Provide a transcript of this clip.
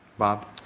bob?